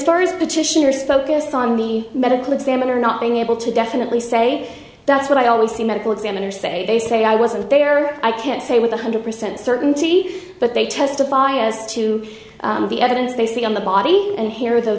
far as petitioners focused on the medical examiner not being able to definitely say that's what i always see a medical examiner say they say i wasn't there i can't say with one hundred percent certainty but they testify as to the evidence they see on the body and here the